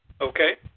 Okay